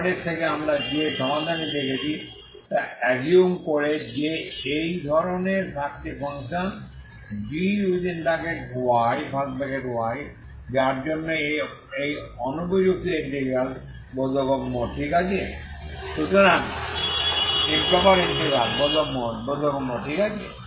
properties থেকে আমরা যে সমাধানটি দেখেছি তা অ্যাসিউম করে যে এই ধরনের একটি ফাংশন gযার জন্য এই অনুপযুক্ত ইন্টিগ্রাল বোধগম্য ঠিক আছে